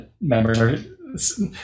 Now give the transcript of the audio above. members